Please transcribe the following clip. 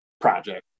project